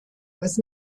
was